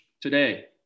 today